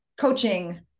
coaching